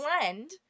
blend